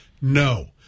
no